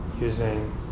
using